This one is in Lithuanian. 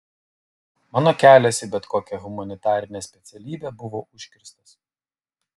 mano kelias į bet kokią humanitarinę specialybę buvo užkirstas